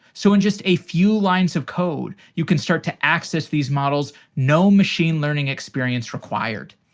so in just a few lines of code, you can start to access these models, no machine-learning experience required.